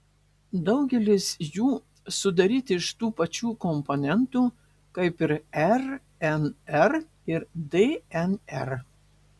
daugelis jų sudaryti iš tų pačių komponentų kaip rnr ir dnr